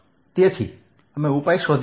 તેથી અમે ઉપાય શોધી કાઢ્યો